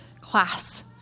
class